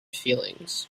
feelings